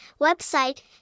website